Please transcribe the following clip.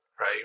Right